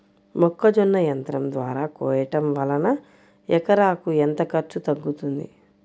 మొక్కజొన్న యంత్రం ద్వారా కోయటం వలన ఎకరాకు ఎంత ఖర్చు తగ్గుతుంది?